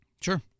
Sure